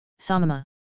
samama